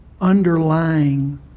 underlying